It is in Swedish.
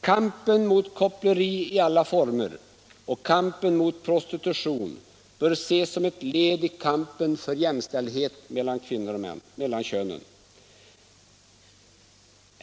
Kampen mot koppleri i alla former och kampen mot prostitution bör ses som ett led i kampen för jämställdhet mellan könen.